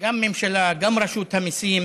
גם ממשלה, גם רשות המיסים,